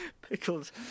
Pickles